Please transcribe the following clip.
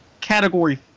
Category